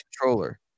controller